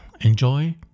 enjoy